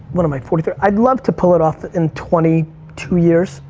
what am i, forty three? i'd love to pull it off in twenty two years.